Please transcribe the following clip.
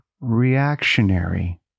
reactionary